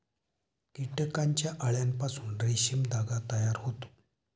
कीटकांच्या अळ्यांपासून रेशीम धागा तयार होतो